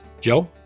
Joe